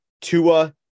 Tua